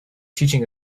teaching